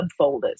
subfolders